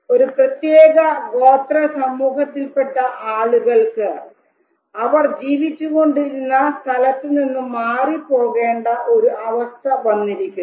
ഒരു പ്രത്യേക ഗോത്ര സമൂഹത്തിൽ പെട്ട ആളുകൾക്ക് അവർ ജീവിച്ചു കൊണ്ടിരുന്ന സ്ഥലത്തുനിന്നും മാറി പോകേണ്ട ഒരു അവസ്ഥ വന്നിരിക്കുന്നു